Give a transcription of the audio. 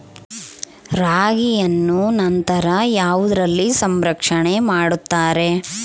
ರಾಗಿಯನ್ನು ನಂತರ ಯಾವುದರಲ್ಲಿ ಸಂರಕ್ಷಣೆ ಮಾಡುತ್ತಾರೆ?